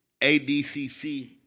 ADCC